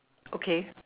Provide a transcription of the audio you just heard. okay